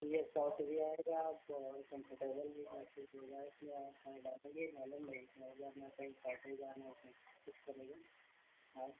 यह सॉफ्ट भी आएगा आपको और कम्फर्टेबल भी अच्छे से अपना कहीं पार्टी जाना हाँ